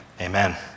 Amen